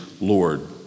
Lord